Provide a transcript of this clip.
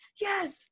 yes